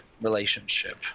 relationship